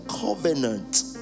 covenant